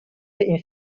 این